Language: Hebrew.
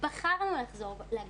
בחרנו לחזור לגליל.